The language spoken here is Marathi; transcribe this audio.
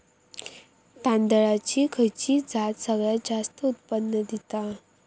तांदळाची खयची जात सगळयात जास्त उत्पन्न दिता?